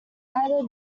either